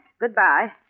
goodbye